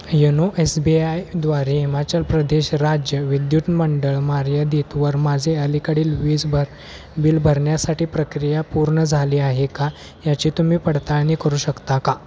YONO S B आयद्वारे हिमाचल प्रदेश राज्य विद्युत मंडळ मार्यादीतवर माझे अलीकडील वीज भर बिल भरण्यासाठी प्रक्रिया पूर्ण झाली आहे का याची तुम्ही पडताळणी करू शकता का